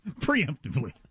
Preemptively